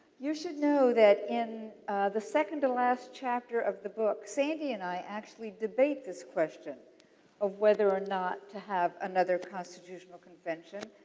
you should know that in the second to the last chapter of the book, sandy and i actually debate this question of whether or not to have another constitutional convention.